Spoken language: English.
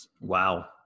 wow